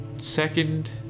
Second